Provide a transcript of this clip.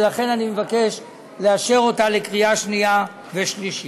ולכן אני מבקש לאשר אותה בקריאה שנייה ושלישית.